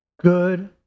good